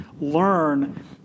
learn